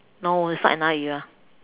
no it's not another era